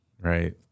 right